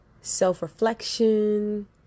self-reflection